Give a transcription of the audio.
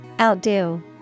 Outdo